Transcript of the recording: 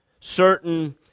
certain